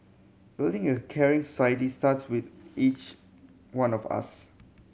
building a caring society starts with each one of us